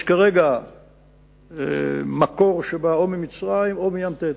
יש כרגע מקור שבא או ממצרים או מ"ים תטיס"